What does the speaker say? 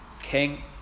king